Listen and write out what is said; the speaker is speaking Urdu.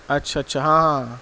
اچھا اچھا ہاں ہاں